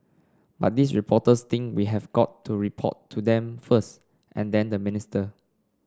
but these reporters think we have got to report to them first and then the minister